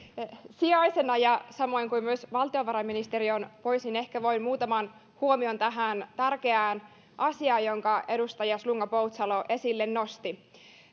sijaisena ja samoin kuin myös valtiovarainministeri on pois ehkä voin muutaman huomion esittää tähän tärkeään asiaan jonka edustaja slunga poutsalo nosti esille